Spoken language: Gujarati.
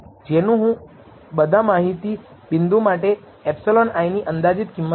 જેને હું બધા માહિતી બિંદુ માટે ε i ની અંદાજિત કિંમત કહીશ